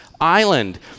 island